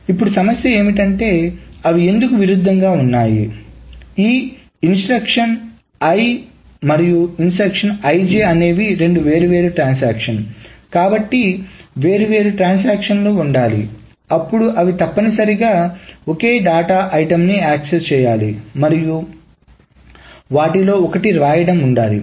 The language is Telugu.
ఇప్పుడు సమస్య ఏమిటి అంటే అవి ఎందుకు విరుద్ధంగా ఉన్నాయి ఈ ఇన్స్ట్రక్షన్ మరియు ఇన్స్ట్రక్షన్ అనేవి రెండు వేర్వేరు ట్రాన్సాక్షన్స్ కాబట్టి వేర్వేరు ట్రాన్సాక్షన్లు ఉండాలి అప్పుడుఅవి తప్పనిసరిగా ఒకే డేటా ఐటమ్ ని యాక్సెస్ చేయాలి మరియు వాటిలో ఒకటి వ్రాయడం ఉండాలి